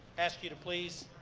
ask you to please